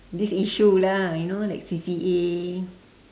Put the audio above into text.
this issue lah you know like C_C_A